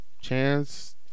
Chance